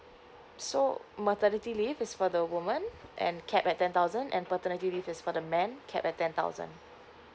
so maternity leave is for the woman and cap at ten thousand and paternity leave this for the man cap at ten thousand